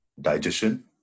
digestion